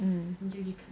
mm